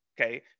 okay